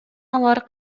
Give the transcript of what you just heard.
алар